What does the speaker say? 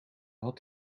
had